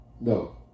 No